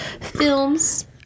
films